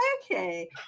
Okay